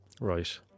Right